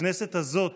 הכנסת הזאת